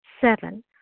seven